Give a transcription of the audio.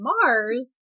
Mars